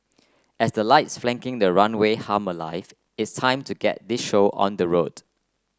as the lights flanking the runway hum alive it's time to get this show on the road